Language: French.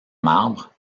marbre